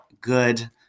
good